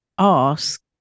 ask